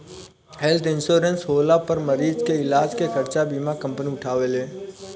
health insurance होला पर मरीज के इलाज के खर्चा बीमा कंपनी उठावेले